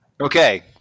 okay